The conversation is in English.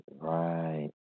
right